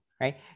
right